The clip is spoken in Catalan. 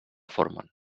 formen